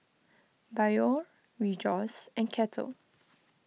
Biore Rejoice and Kettle